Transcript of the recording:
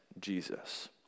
Jesus